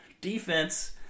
defense